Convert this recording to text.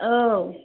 औ